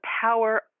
power